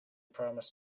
promised